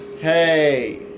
Hey